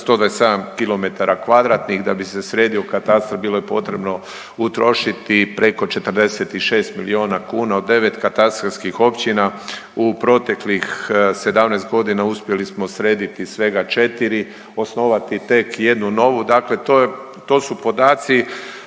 da bi se sredio katastar bilo je potrebno utrošiti preko 46 miliona kuna. Od 9 katastarskih općina u proteklih 17 godina uspjeli smo srediti svega 4, osnovati tek jednu novu. Dakle, to je, to su podaci